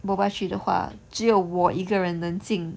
boba 去的话只有我一个人能进